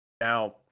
Now